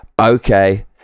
Okay